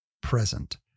present